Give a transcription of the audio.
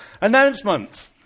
Announcements